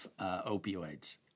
opioids